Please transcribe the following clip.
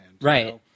Right